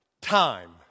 time